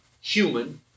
human